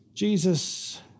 Jesus